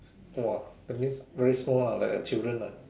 !wah! that means very small lah like a children lah